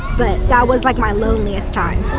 but that was like my loneliest time.